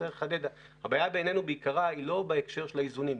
הבעיה בעינינו בעיקרה היא לא בהקשר של האיזונים.